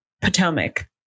potomac